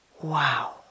Wow